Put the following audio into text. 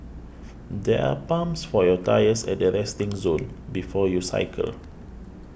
there are pumps for your tyres at the resting zone before you cycle